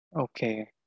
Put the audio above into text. okay